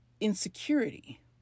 insecurity